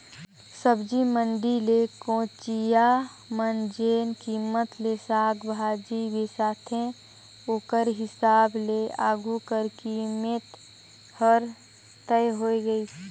सब्जी मंडी ले कोचिया मन जेन कीमेत ले साग भाजी बिसाथे ओकर हिसाब ले आघु कर कीमेत हर तय होए गइस